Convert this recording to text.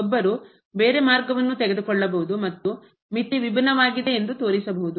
ಒಬ್ಬರು ಬೇರೆ ಮಾರ್ಗವನ್ನು ತೆಗೆದುಕೊಳ್ಳಬಹುದು ಮತ್ತು ಮಿತಿ ವಿಭಿನ್ನವಾಗಿದೆ ಎಂದು ತೋರಿಸಬಹುದು